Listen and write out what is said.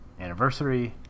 anniversary